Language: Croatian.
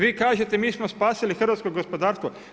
Vi kažete, mi smo spasili hrvatsko gospodarstvo.